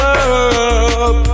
up